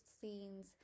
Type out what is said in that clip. scenes